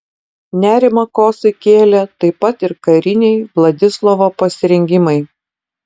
nerimą kosai kėlė taip pat ir kariniai vladislovo pasirengimai